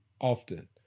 often